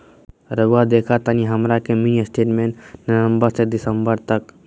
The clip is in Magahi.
रहुआ देखतानी हमरा के मिनी स्टेटमेंट नवंबर से दिसंबर तक?